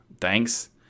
Thanks